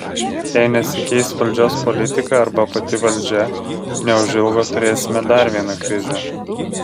jei nesikeis valdžios politika arba pati valdžia neužilgo turėsime dar vieną krizę